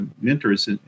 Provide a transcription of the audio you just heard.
mentors